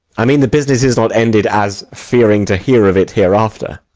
i mean the business is not ended, as fearing to hear of it hereafter.